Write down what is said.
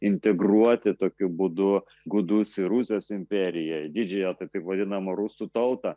integruoti tokiu būdu gudus į rusijos imperiją į didžiąją tą taip vadinamą rusų tautą